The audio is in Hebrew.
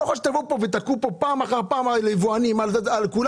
לא יכול להיות שתבואו לכאן ותכו כאן פעם אחר פעם את היבואנים ואת כולם.